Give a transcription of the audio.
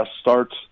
starts